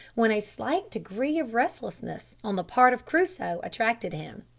when a slight degree of restlessness on the part of crusoe attracted him.